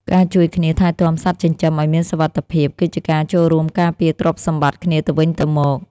ការជួយគ្នាថែទាំសត្វចិញ្ជឺមឲ្យមានសុវត្ថិភាពគឺជាការចូលរួមការពារទ្រព្យសម្បត្តិគ្នាទៅវិញទៅមក។